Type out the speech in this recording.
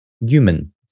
human